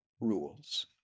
rules